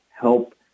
help